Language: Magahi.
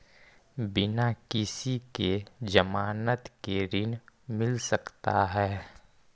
बिना किसी के ज़मानत के ऋण मिल सकता है?